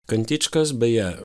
kantičkas beje